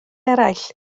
eraill